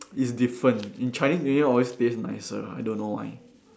is different in Chinese new year always taste nicer I don't know why